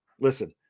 listen